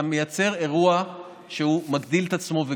אתה מייצר אירוע שמגדיל את עצמו.